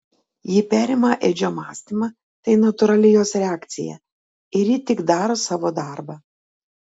ji perima edžio mąstymą tai natūrali jos reakcija ir ji tik daro savo darbą